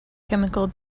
chemical